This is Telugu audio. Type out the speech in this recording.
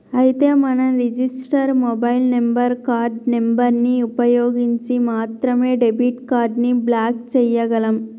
అయితే మనం register mobile number card number ని ఉపయోగించి మాత్రమే డెబిట్ కార్డు ని బ్లాక్ చేయగలం